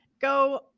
go